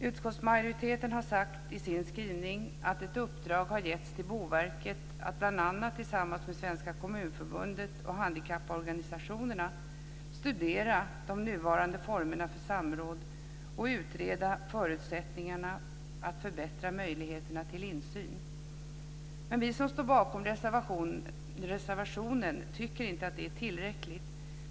Utskottsmajoriteten har sagt i sin skrivning att ett uppdrag har getts till Boverket att bl.a. tillsammans med Svenska Kommunförbundet och handikapporganisationerna studera de nuvarande formerna för samråd och utreda förutsättningarna att förbättra möjligheterna till insyn. Vi som står bakom reservationen tycker inte att det är tillräckligt.